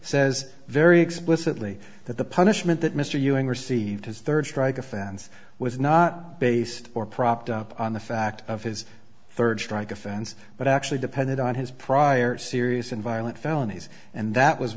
says very explicitly that the punishment that mr ewing received his third strike offense was not based or propped up on the fact of his third strike offense but actually appended on his prior serious and violent felonies and that was